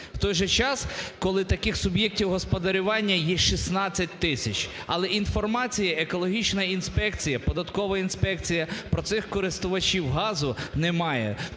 В той же час, коли таких суб'єктів господарювання є 16 тисяч, але інформація Екологічна інспекція, Податкова інспекція про цих користувачів газу не має.